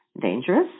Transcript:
dangerous